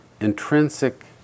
Intrinsic